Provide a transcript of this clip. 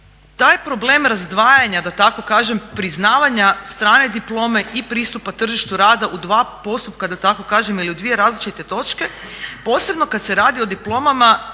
Taj problem razdvajanja da tako kažem priznavanje strane diplome i pristupa tržištu rada u dva postupka da tako kažem ili u dvije različite točke posebno kada se radi o diplomama